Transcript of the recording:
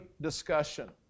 discussion